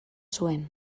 zuen